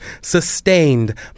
sustained